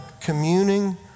communing